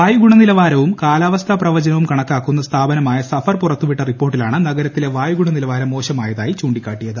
വായുഗുണനിലവാരവും കാലാവസ്ഥ പ്രവചനവും കണക്കാക്കുന്ന സ്ഥാപനമായ സഫർ പുറത്തുവിട്ട റിപ്പോർട്ടിലാണ് നഗരത്തിലെ വായുഗുണനിലവാരം മോശമായതായി ചൂണ്ടിക്കാട്ടിയത്